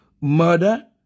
murder